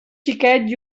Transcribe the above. xiquets